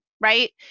right